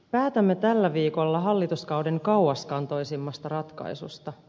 päätämme tällä viikolla hallituskauden kauaskantoisimmasta ratkaisusta